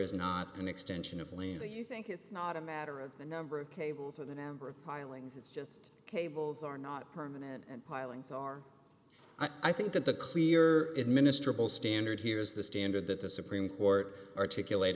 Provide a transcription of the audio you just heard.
is not an extension of lino you think it's not a matter of the number of cables or the number of pilings it's just cables are not permanent and pilings are i think that the clear it minister standard here is the standard that the supreme court articulate